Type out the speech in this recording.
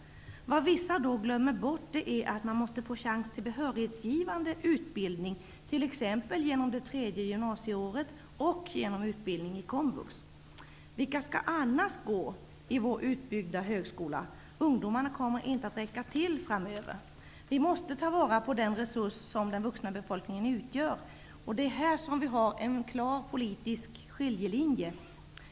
Vad vissa då glömmer bort är att man måste få chans till behörighetsgivande utbildning, t.ex. genom det tredje gymnasieåret och genom utbildning i komvux. Vilka skall annars gå i vår utbyggda högskola? Ungdomarna kommer inte att räcka till framöver. Vi måste ta vara på den resurs som den vuxna befolkningen utgör. Det är här vi har en klar politisk skiljelinje.